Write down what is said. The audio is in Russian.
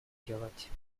делать